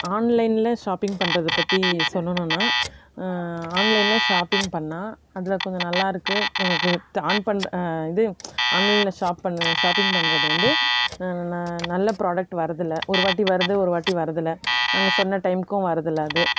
ஆன்லைன்ல ஷாப்பிங் பண்ணுறது பற்றி சொல்லணும்னா ஆன்லைன்ல ஷாப்பிங் பண்ணால் அதில் கொஞ்சம் நல்லாயிருக்கு ஆன் பண் இது ஆன்லைன்ல ஷாப் பண் ஷாப்பிங் பண்ணுறது வந்து ந நல்ல ப்ராடெக்ட் வரதில்லை ஒரு வாட்டி வருது ஒரு வாட்டி வரதில்லை அவங்க சொன்ன டைம்க்கும் வரதில்லை அது